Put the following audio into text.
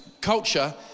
culture